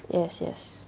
yes yes